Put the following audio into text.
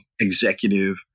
executive